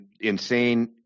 insane